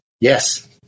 Yes